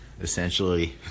essentially